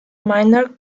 minor